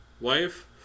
wife